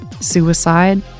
suicide